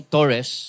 Torres